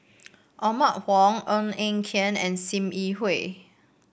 Othman Wok Ng Eng Hen and Sim Yi Hui